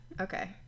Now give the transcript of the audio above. Okay